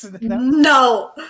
No